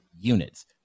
Units